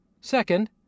Second